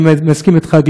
אני מסכים אתך,